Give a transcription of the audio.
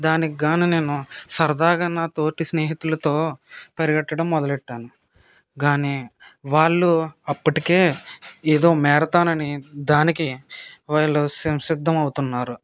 దానికి గాను నేను సరదాగా నాతోటి స్నేహితులతో పరిగెట్టడం మొదలెట్టాను గానీ వాళ్ళు అప్పటికే ఎదో మ్యారథాన్ అనే దానికి వాళ్ళు సి సిద్ధమవుతున్నారు